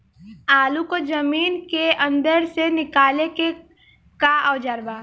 आलू को जमीन के अंदर से निकाले के का औजार बा?